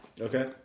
okay